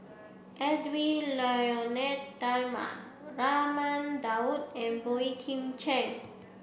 Edwy Lyonet Talma Raman Daud and Boey Kim Cheng